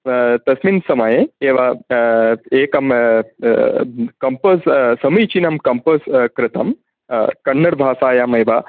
तस्मिन् समये एव एकं कम्पोस् समीचीनं कम्पोस् कृतं कन्नड भाषायामेव तद्